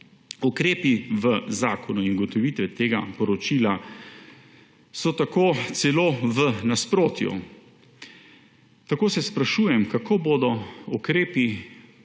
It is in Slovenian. Ukrepi v zakonu in ugotovitve tega poročila so tako celo v nasprotju. Tako se sprašujem, kako bodo ukrepi